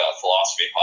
philosophy